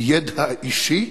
מידע אישי,